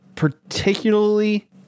particularly